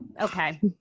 Okay